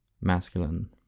masculine